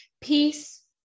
peace